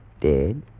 dead